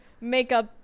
makeup